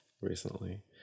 Recently